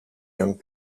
young